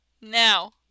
now